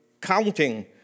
counting